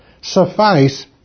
suffice